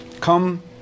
Come